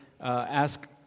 ask